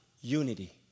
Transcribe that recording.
Unity